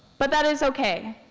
but that is okay.